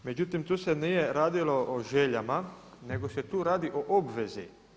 Međutim, tu se nije radilo o željama nego se tu radi o obvezi.